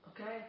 Okay